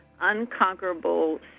unconquerable